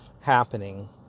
happening